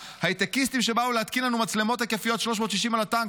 --- הייטקיסטים שבאו להתקין לנו מצלמות היקפיות 360 על הטנק,